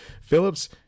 Phillips